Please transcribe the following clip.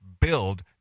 build